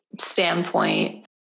standpoint